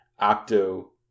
octo